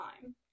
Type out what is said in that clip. time